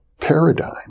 paradigm